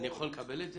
אני יכול לקבל את זה?